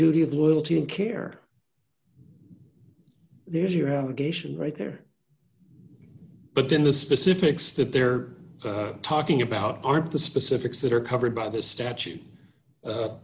duty of loyalty and care there is your allegation right there but then the specifics that they're talking about aren't the specifics that are covered by this statute